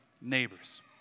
neighbors